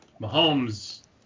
Mahomes